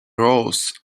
rows